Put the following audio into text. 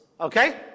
Okay